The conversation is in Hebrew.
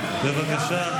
ואף אחד לא מוכן, בבקשה,